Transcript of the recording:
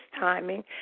timing